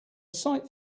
sight